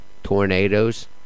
Tornadoes